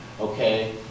okay